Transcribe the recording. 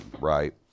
right